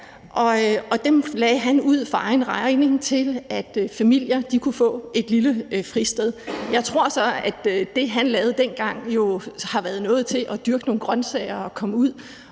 dem lagde han ud for egen regning, for at familier kunne få et lille fristed. Jeg tror så, at det, han lavede dengang, har været noget med at give jord til at dyrke nogle grønsager på, og så